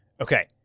okay